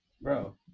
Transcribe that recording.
Bro